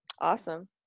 awesome